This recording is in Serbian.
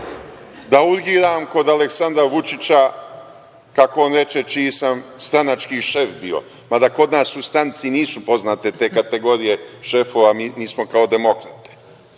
Da urgiram kod Aleksandra Vučića, kako on reče, čiji sam stranački šef bio. Mada, kod nas u stranci nisu poznate te kategorije šefova, mi nismo kao demokrate.